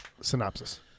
synopsis